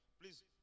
Please